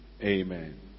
Amen